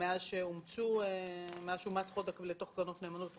מאז שאומץ חודק לתוך קרנות נאמנות.